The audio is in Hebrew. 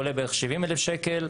עולה בערך 70,000 שקלים.